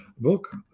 book